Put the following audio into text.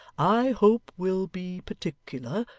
i hope will be particular,